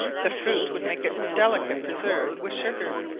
the fruit would make a delicate preserve with sugar.